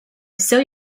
sell